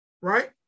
right